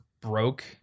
broke